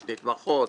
יש נתמכות,